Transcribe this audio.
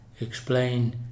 explain